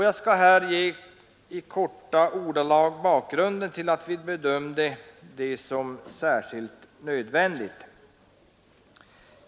Jag skall här helt kort ge bakgrunden till att vi bedömde detta som nödvändigt.